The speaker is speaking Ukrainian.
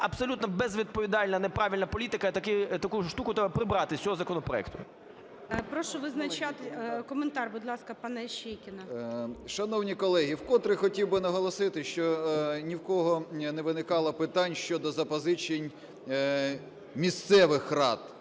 абсолютно безвідповідальна, неправильна політика і таку штуку треба прибрати з цього законопроекту. ГОЛОВУЮЧИЙ. Прошу визначатись. Коментар, будь ласка, пана Іщейкіна 12:55:52 ІЩЕЙКІН К.Є. Шановні колеги, вкотре хотів би наголосити, що ні в кого не виникало питань щодо запозичень місцевих рад